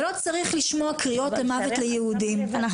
לא צריך לשמוע קריאות מוות ליהודים.